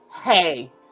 hey